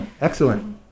excellent